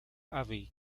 abbey